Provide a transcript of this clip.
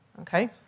okay